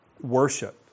worship